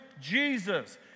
Jesus